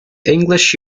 english